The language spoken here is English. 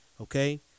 Okay